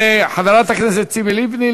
וחברת הכנסת ציפי לבני,